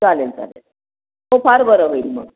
चालेल चालेल हो फार बरं होईल मग